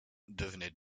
devenaient